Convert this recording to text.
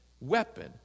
weapon